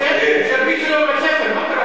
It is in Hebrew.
אני מוכן לתרגם לך מה שהוא אמר.